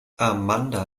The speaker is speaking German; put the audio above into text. amanda